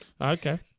Okay